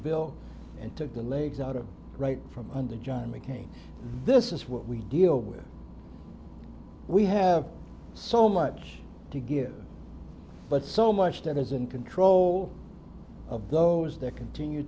bill and took the legs out of right from under john mccain this is what we deal with we have so much to give but so much that is in control of those that continue